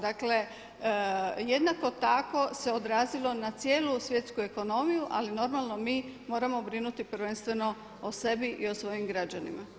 Dakle jednako tako se odrazilo na cijelu svjetsku ekonomiju ali normalno mi moramo brinuti prvenstveno o sebi i o svojim građanima.